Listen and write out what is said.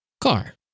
car